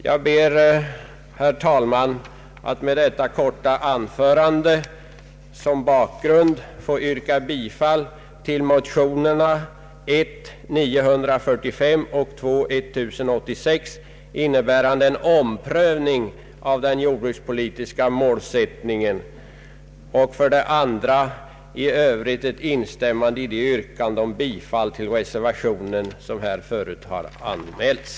Jag ber, herr talman, att med detta korta anförande som bakgrund få yrka bifall till motionerna I:945 och II: 1086, innebärande omprövning av den jordbrukspolitiska målsättningen. I övrigt instämmer jag i det yrkande om bifall till reservationen som förut framställts.